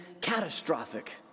catastrophic